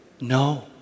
No